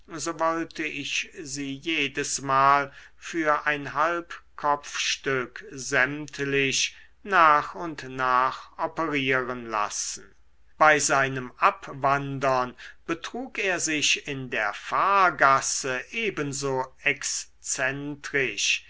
wollte ich sie jedesmal für ein halb kopfstück sämtlich nach und nach operieren lassen bei seinem abwandern betrug er sich in der fahrgasse ebenso exzentrisch